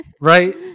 right